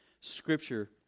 scripture